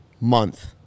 month